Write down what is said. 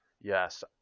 Yes